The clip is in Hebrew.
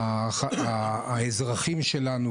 האזרחים שלנו,